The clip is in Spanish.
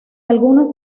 algunos